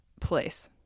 place